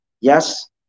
Yes